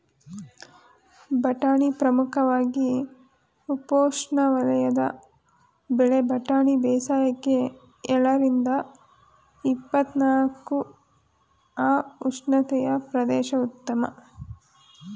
ಬಟಾಣಿ ಪ್ರಮುಖವಾಗಿ ಉಪೋಷ್ಣವಲಯದ ಬೆಳೆ ಬಟಾಣಿ ಬೇಸಾಯಕ್ಕೆ ಎಳರಿಂದ ಇಪ್ಪತ್ನಾಲ್ಕು ಅ ಉಷ್ಣತೆಯ ಪ್ರದೇಶ ಉತ್ತಮ